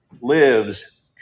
lives